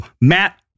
matt